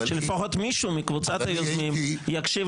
שלפחות מישהו מקבוצת היוזמים יקשיב